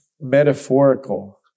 metaphorical